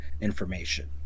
information